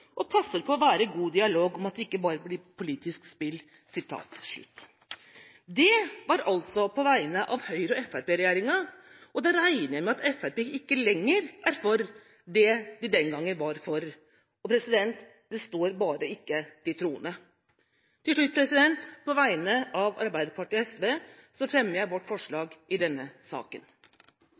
og passer på å være i god dialog om at det ikke bare blir politisk spill». Det var altså på vegne av Høyre–Fremskrittsparti-regjeringa, og da regner jeg med at Fremskrittspartiet ikke lenger er for det de den gangen var for. Det står bare ikke til troende. Til slutt fremmer jeg på vegne av Arbeiderpartiet og SV vårt forslag i denne saken.